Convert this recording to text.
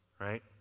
right